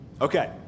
Okay